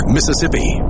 Mississippi